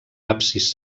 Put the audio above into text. absis